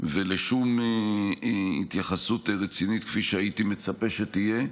ולשום התייחסות רצינית כפי שהייתי מצפה שתהיה,